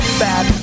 bad